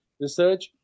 research